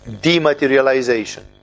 dematerialization